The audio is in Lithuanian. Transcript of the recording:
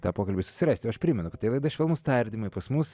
tą pokalbį susirasti o aš primenu tai laida švelnūs tardymai pas mus